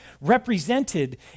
represented